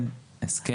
והניתוק.